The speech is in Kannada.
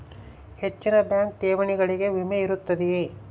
ಹೆಚ್ಚಿನ ಬ್ಯಾಂಕ್ ಠೇವಣಿಗಳಿಗೆ ವಿಮೆ ಇರುತ್ತದೆಯೆ?